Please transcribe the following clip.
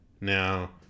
now